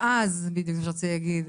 בדיוק מה שרציתי להגיד,